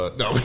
no